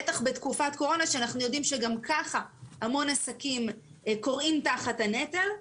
בטח בתקופת קורונה שאנחנו יודעים שגם ככה המון עסקים כורעים תחת הנטל.